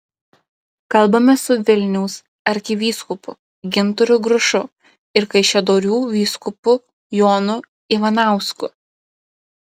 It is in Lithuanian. kalbamės su vilniaus arkivyskupu gintaru grušu ir kaišiadorių vyskupu jonu ivanausku